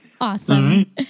Awesome